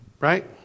Right